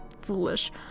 foolish